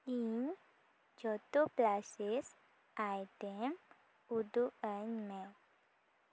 ᱤᱧ ᱡᱚᱛᱚ ᱯᱮᱞᱟᱥᱮᱥ ᱟᱭᱴᱮᱢ ᱩᱫᱩᱜ ᱟᱹᱧᱢᱮ